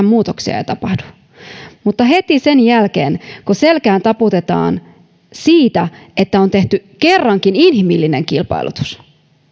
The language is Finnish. muutoksia ei tapahdu mutta heti sen jälkeen kun selkään taputetaan siitä että on tehty kerrankin inhimillinen kilpailutus